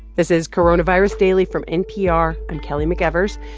this is coronavirus daily from npr. i'm kelly mcevers.